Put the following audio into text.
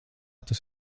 tas